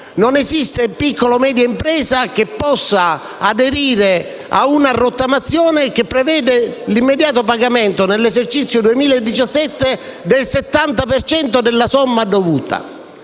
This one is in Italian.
Non esiste piccola o media impresa che possa aderire a una rottamazione che prevede l'immediato pagamento, nell'esercizio 2017, del 70 per cento della somma dovuta.